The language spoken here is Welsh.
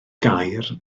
gair